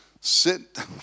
Sit